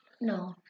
No